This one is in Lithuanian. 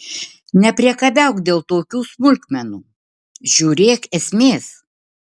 nepriekabiauk dėl tokių smulkmenų žiūrėk esmės